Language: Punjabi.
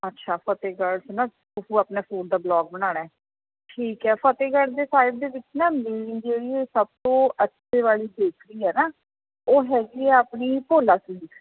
ਅੱਛਾ ਫਤਿਹਗੜ੍ਹ 'ਚ ਨਾ ਤੂੰ ਆਪਣੇ ਫੂਡ ਦਾ ਬਲੌਗ ਬਣਾਉਣਾ ਹੈ ਠੀਕ ਹੈ ਫਤਿਹਗੜ੍ਹ ਦੇ ਸਾਹਿਬ ਦੇ ਵਿੱਚ ਨਾ ਮੇਨ ਜਿਹੜੀ ਹੈ ਸਭ ਤੋਂ ਅੱਛੇ ਵਾਲੀ ਬੇਕਰੀ ਹੈ ਨਾ ਉਹ ਹੈਗੀ ਆ ਆਪਣੀ ਭੋਲਾ ਸਵੀਟ